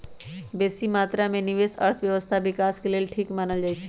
बेशी मत्रा में निवेश अर्थव्यवस्था विकास के लेल ठीक मानल जाइ छइ